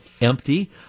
empty